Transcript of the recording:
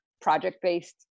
project-based